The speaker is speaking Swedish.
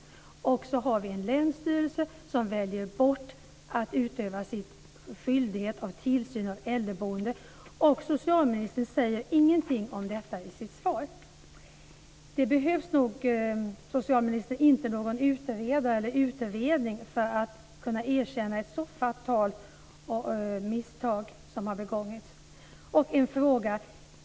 Sedan har vi en länsstyrelse som väljer bort att utföra sin skyldighet i form av tillsyn av äldreboende, och socialministern säger ingenting om detta i sitt svar. Det behövs inte någon utredare eller utredning, socialministern, för att kunna erkänna ett så fatalt misstag som har begåtts.